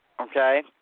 okay